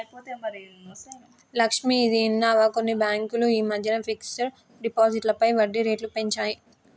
లక్ష్మి, ఇది విన్నావా కొన్ని బ్యాంకులు ఈ మధ్యన ఫిక్స్డ్ డిపాజిట్లపై వడ్డీ రేట్లు పెంచాయి